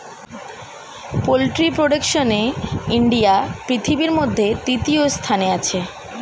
poultry প্রোডাকশনে India পৃথিবীর মধ্যে তৃতীয় স্থানে আছে